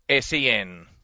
SEN